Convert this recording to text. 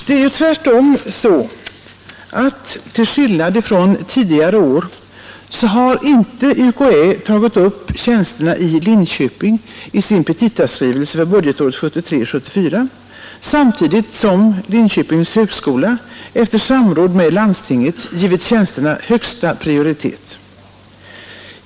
Det är ju tvärtom så, att till skillnad från tidigare år har inte UKÄ tagit upp tjänsterna i Linköping i sin petitaskrivelse för budgetåret 1973/74, samtidigt som Linköpings högskola efter samråd med landstinget givit tjänsterna högsta prioritet.